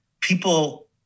people